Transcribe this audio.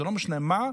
זה לא משנה מה.